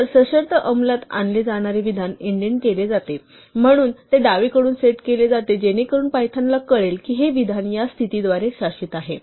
नंतर सशर्त अंमलात आणले जाणारे विधान इंडेंट केले जाते म्हणून ते डावीकडून सेट केले जाते जेणेकरून पायथनला कळेल की हे विधान या स्थितीद्वारे शासित आहे